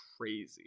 crazy